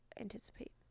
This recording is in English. anticipate